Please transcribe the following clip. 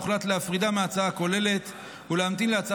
הוחלט להפרידה מההצעה הכוללת ולהמתין להצעה